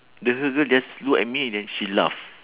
the her girl just look at me then she laugh